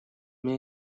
меня